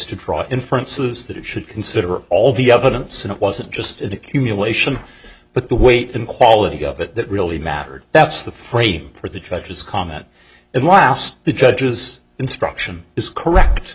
to draw inferences that it should consider all the evidence and it wasn't just an accumulation but the weight and quality of it that really mattered that's the frame for the judge's comment at last the judge's instruction is correct